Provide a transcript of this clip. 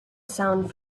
sound